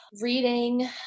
Reading